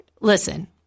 Listen